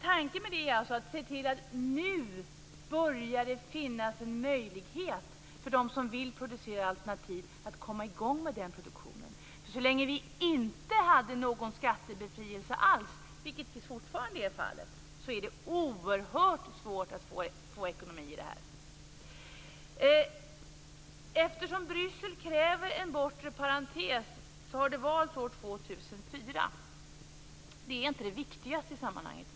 Tanken med det är alltså att se till att det nu börjar finnas en möjlighet för dem som vill producera alternativ att komma i gång med den produktionen. Så länge vi inte haft någon skattebefrielse alls, vilket fortfarande är fallet, är det oerhört svårt att få ekonomi i detta. Eftersom Bryssel kräver en bortre parentes har man valt år 2004. Det är inte det viktigaste i sammanhanget.